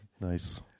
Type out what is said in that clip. Nice